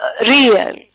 real